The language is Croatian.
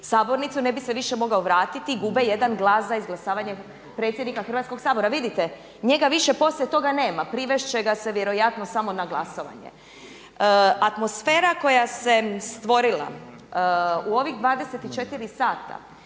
sabornicu, ne bi se više mogao vratiti, gube jedan glas za izglasavanje predsjednika Hrvatskog sabora. Vidite njega više poslije toga nema. Privest će ga se vjerojatno samo na glasovanje. Atmosfera koja se stvorila u ovih 24 sata